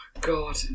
God